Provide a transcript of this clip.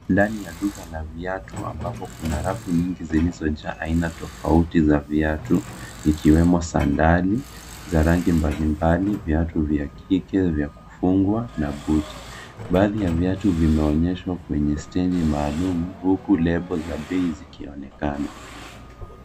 Ndani ya duka la viatu ambapo kuna rafu nyingi zilizojaa aina tofauti za viatu, ikiwemo sandali za rangi mbalimbali, viatu vya kike vya kufungwa, na buti. Baadhi ya viatu vimeonyeshwa kwenye steji maalum, huku lebo za bei zikionekana.